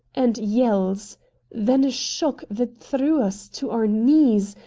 and yells then a shock that threw us to our knees,